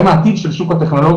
הם העתיד של שוק הטכנולוגיה,